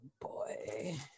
boy